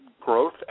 growth